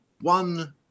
one